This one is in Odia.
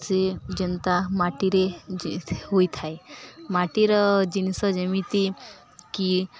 ସେ ଯେନ୍ତା ମାଟିରେ ହୋଇଥାଏ ମାଟିର ଜିନିଷ ଯେମିତି କି